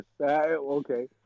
Okay